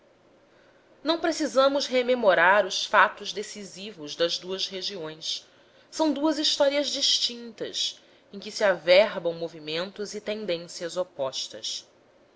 não precisamos rememorar os fatos decisivos das duas regiões são duas histórias distintas em que se averbam movimentos e tendências opostas